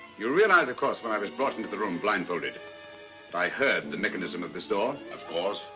you realize, of course, when i was brought into the room blindfolded i heard the mechanism of this door. of course.